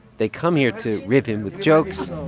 they come here to rib him with jokes.